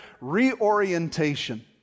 reorientation